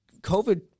COVID